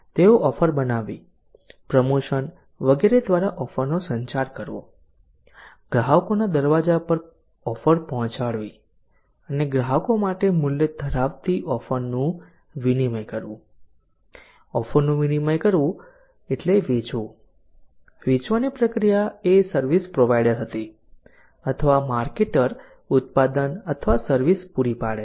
તેઓએ ઓફર બનાવવી પ્રમોશન વગેરે દ્વારા ઓફરનો સંચાર કરવો ગ્રાહકોના દરવાજા પર ઓફર પહોંચાડવી અને ગ્રાહકો માટે મૂલ્ય ધરાવતી ઓફરનું વિનિમય કરવું ઓફરનું વિનિમય કરવું એટલે વેચવું વેચવાની પ્રક્રિયા એ સર્વિસ પ્રોવાઇડર હતી અથવા માર્કેટર ઉત્પાદન અથવા સર્વિસ પૂરી પાડે છે